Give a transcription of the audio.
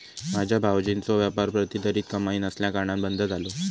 माझ्यो भावजींचो व्यापार प्रतिधरीत कमाई नसल्याकारणान बंद झालो